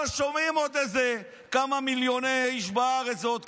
אבל שומעים עוד איזה כמה מיליוני איש בארץ זאת,